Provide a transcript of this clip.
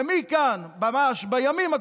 שמכאן ממש בימים הקרובים,